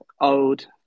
old